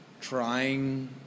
trying